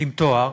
עם תואר,